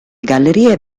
gallerie